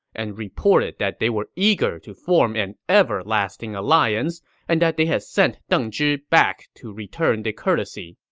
and reported that they were eager to form an everlasting alliance and that they had sent deng zhi back to return the courtesy.